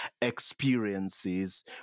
experiences